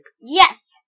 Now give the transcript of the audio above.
Yes